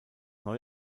neu